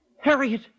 Harriet